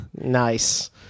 Nice